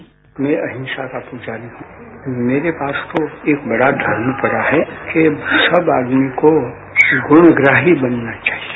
sound bite मैं अहिंसा का पुजारी हूं मेरे पास तो एक बड़ा धर्म पड़ा है कि सब आदमी को गुणग्राही बनना चाहिए